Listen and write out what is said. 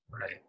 Right